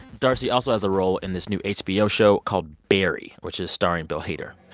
d'arcy also has a role in this new hbo show called barry, which is starring bill hader.